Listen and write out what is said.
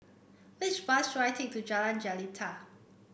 which bus should I take to Jalan Jelita